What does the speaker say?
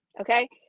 okay